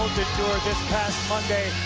this past monday,